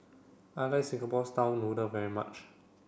I like Singapore style noodle very much